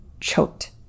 choked